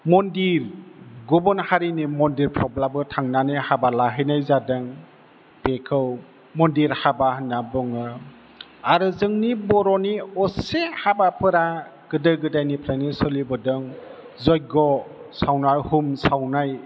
मन्दिर गुबुन हारिनि मन्दिरफ्रावब्लाबो थांनानै हाबा लाहैनाय जादों बेखौ मन्दिर हाबा होनना बुङो आरो जोंनि बर'नि असे हाबाफोरा गोदो गोदायनिफ्रायनो सोलिबोदों जग्य सावना हुम सावनाय